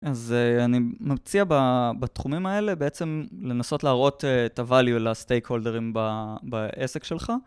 אז אני מציע בתחומים האלה בעצם לנסות להראות את הvalue לסטייק הולדרים בעסק שלך.